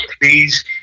please